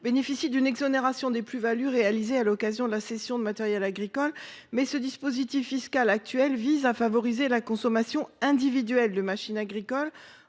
bénéficient d’une exonération des plus values réalisées à l’occasion de la cession de matériels agricoles. Il s’agit de favoriser la consommation individuelle de machines agricoles.